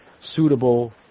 suitable